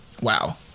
Wow